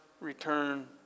return